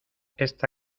esta